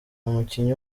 umukinnyi